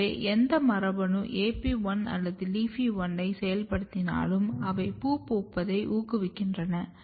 எனவே எந்த மரபணு AP1 அல்லது LEAFY1 ஐ செயல்படுத்தினாலும் அவை பூ பூப்பதை ஊக்குவிக்கின்றது